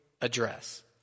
address